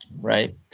right